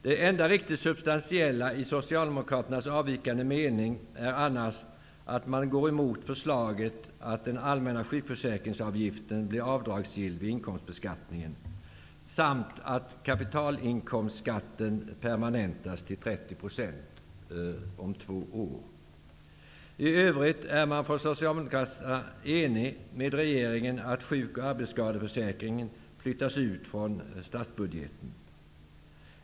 Det enda riktigt substantiella i Socialdemokraternas avvikande mening är annars att man går emot förslaget att den allmänna sjukförsäkringsavgiften blir avdragsgill vid inkomsttaxeringen samt att kapitalinkomstskatten permanentas till 30 % om två år. I övrigt är man inom socialdemokratin enig med regeringen om att sjuk och arbetsskadeförsäkringarna flyttas från statsbudgeten.